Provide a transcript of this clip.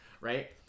right